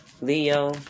Leo